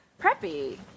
preppy